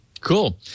Cool